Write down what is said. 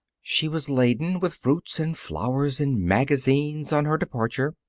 she was laden with fruits and flowers and magazines on her departure,